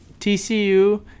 tcu